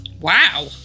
Wow